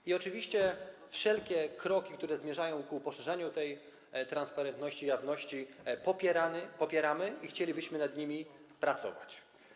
I oczywiście wszelkie kroki, które zmierzają ku poszerzaniu tej transparentności, jawności, popieramy i chcielibyśmy nad nimi pracować.